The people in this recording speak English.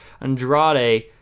Andrade